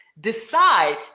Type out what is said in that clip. decide